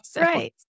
Right